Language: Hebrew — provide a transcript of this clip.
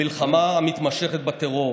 המלחמה המתמשכת בטרור,